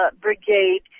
Brigade